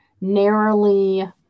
narrowly